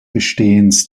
bestehens